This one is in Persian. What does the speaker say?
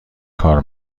کار